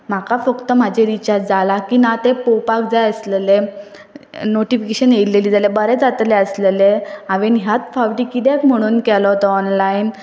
म्हाका फक्त म्हाजे रिचार्ज जालां की ना तें पोवपाक जाय आसलेलें नोटिफिकेशन येयलेलीं जाल्यार बरें जातलें आसलेलें हांवें ह्याच फावटी कित्याक म्हणून केलो तो ऑनलायन